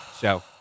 show